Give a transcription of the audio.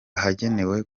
ahagenewe